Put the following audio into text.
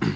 Kl.